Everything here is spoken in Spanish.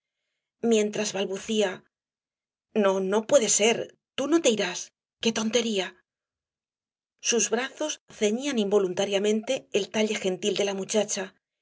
mientras balbucía no no puede ser tú no te irás qué tontería sus brazos ceñían involuntariamente el talle gentil de la muchacha